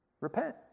Repent